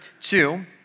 two